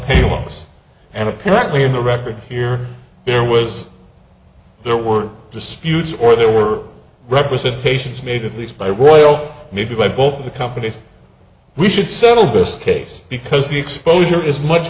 loss and apparently had a record here there was there were disputes or there were representations made at least by royal maybe by both of the companies we should settle this case because the exposure is much